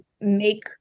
make